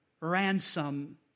ransom